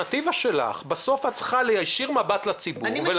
בסוף את צריכה להישיר מבט לציבור.